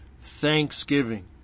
thanksgiving